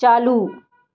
चालू